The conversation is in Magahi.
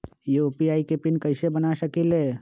यू.पी.आई के पिन कैसे बना सकीले?